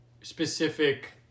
specific